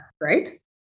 right